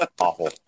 Awful